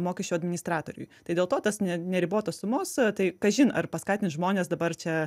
mokesčių administratoriui tai dėl to tos ne neribotos sumos tai kažin ar paskatins žmones dabar čia